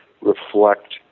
reflect